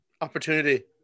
Opportunity